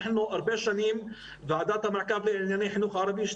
הרבה שנים ועדת המעקב לענייני חינוך ערבי,